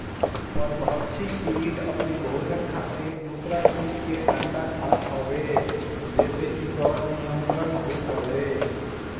परभक्षी किट अपनी भोजन खातिर दूसरा किट के अंडा खात हवे जेसे इ पर नियंत्रण होत हवे